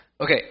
okay